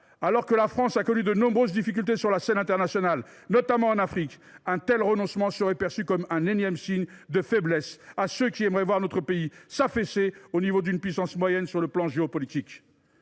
alors que la France a connu de nombreuses difficultés sur la scène internationale, notamment en Afrique, un tel renoncement serait perçu comme un énième signe de faiblesse envoyé à ceux qui aimeraient voir notre pays s’affaisser au niveau d’une puissance moyenne du point de vue géopolitique.